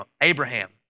Abraham